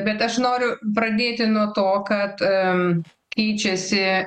bet aš noriu pradėti nuo to kad keičiasi